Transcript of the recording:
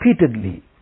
repeatedly